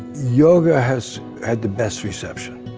yoga has had the best reception.